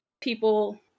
People